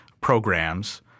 programs